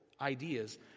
ideas